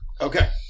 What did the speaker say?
Okay